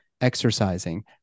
exercising